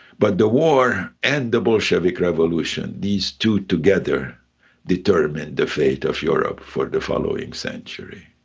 but the war and the bolshevik revolution, these two together determined the fate of europe for the following century.